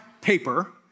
paper